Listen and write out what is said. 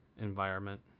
environment